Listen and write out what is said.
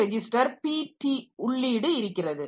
register PT உள்ளீடு இருக்கிறது